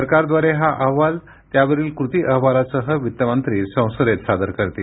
सरकारद्वारे हा अहवाल त्यावरील कृती अहवालासह वित्त मंत्री संसदेत सादर करतील